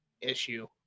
issue